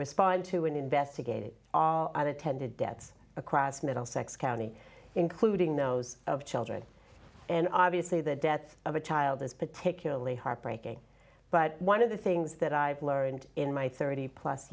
respond to and investigated all other tended deaths across middlesex county including those of children and obviously the death of a child is particularly heartbreaking but one of the things that i've learned in my thirty plus